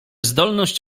zdolność